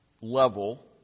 level